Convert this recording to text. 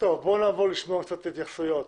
נעבור לשמוע התייחסויות.